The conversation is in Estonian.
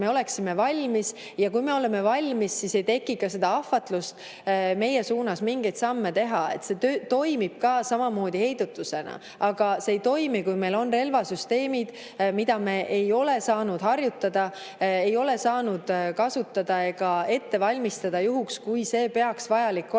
me oleksime valmis, ja kui me oleme valmis, siis ei teki seda ahvatlust meie suunas mingeid samme teha – see toimib samamoodi heidutusena. Aga see ei toimi, kui meil on relvasüsteemid, mida me ei ole saanud harjutada, ei ole saanud kasutada ega ette valmistada juhuks, kui see peaks vajalik olema.